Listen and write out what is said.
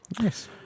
Yes